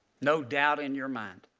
no doubt in your mind.